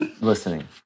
listening